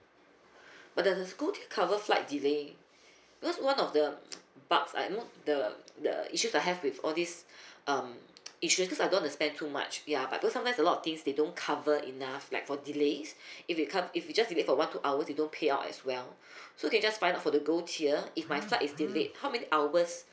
but does the gold tier cover flight delay because one of the bulks I know the the issues I have with all these um insurance because I don't want to spend too much ya but because sometimes a lot of things they don't cover enough like for delays if it cov~ if you just delay for one two hours they don't pay out as well so they just buy for the gold tier if my flight is delayed how many hours